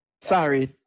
Sorry